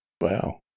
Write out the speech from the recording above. Wow